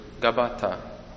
Gabata